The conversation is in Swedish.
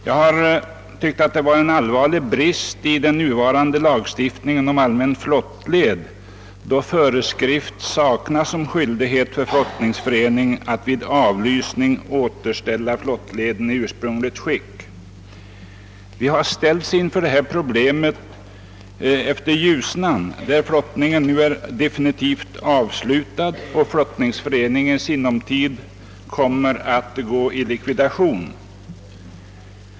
Jag har uppfattat det som en allvarlig brist i nuvarande lagstiftning om allmän flottled, att föreskrift saknas om skyldighet för flottningsförening att vid avlysning återställa flottleden i ursprungligt skick. Vi har ställts inför det problemet längs Ljusnan, där flottningen nu är definitivt avslutad och flottningsföreningen i sinom tid kommer att gå i likvidation.